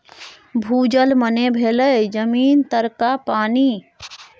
भूजल मने भेलै जमीन तरका पानि